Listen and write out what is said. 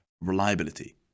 reliability